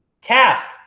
task